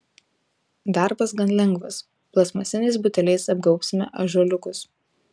darbas gan lengvas plastmasiniais buteliais apgaubsime ąžuoliukus